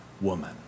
woman